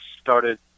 started